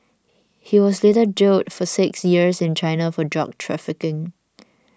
he was later jailed for six years in China for drug trafficking